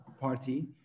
party